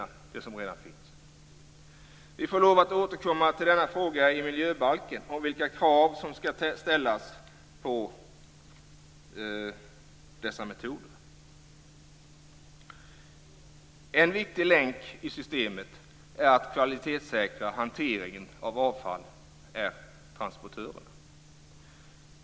Vi får lov att återkomma till denna fråga i miljöbalken om vilka krav som skall ställas på dessa metoder. En viktig länk i systemet för att kvalitetssäkra hanteringen av avfall är transportörerna.